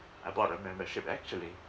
I bought a membership actually